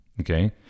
okay